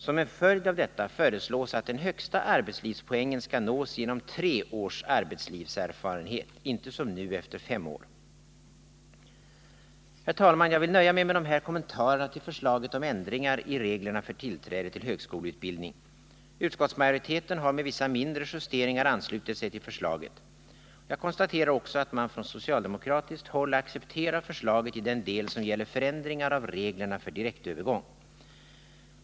Som en följd av detta föreslås att den högsta arbetslivspoängen skall nås genom tre års arbetslivserfarenhet, inte som nu efter fem år. Herr talman! Jag vill nöja mig med de här kommentarerna till förslaget om ändringar i reglerna för tillträde till högskoleutbildning. Utskottsmajoriteten har med vissa mindre justeringar anslutit sig till förslaget. Jag konstaterar också att man från socialdemokratiskt håll accepterar förslaget i den del som gäller förändringar av reglerna för direktövergång.